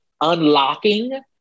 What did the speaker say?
unlocking